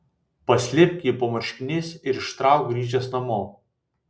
paslėpk jį po marškiniais ir ištrauk grįžęs namo